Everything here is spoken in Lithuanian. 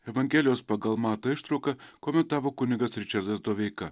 evangelijos pagal matą ištrauką komentavo kunigas ričardas doveika